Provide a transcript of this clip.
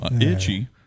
Itchy